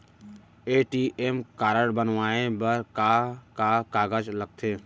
ATM card बनवाये बर का का कागज लगथे?